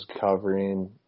covering